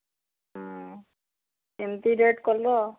କେମତି ରେଟ୍ କରିବ